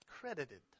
credited